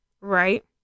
right